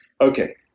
Okay